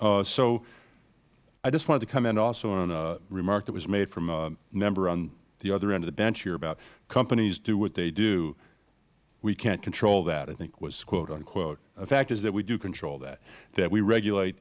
right so i just wanted to comment also on a remark that was made from a member on the other end of the bench here about companies do what they do we cannot control that i think was quoteunquote the fact is that we do control that that we regulate